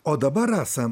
o dabar rasa